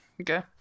Okay